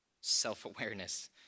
self-awareness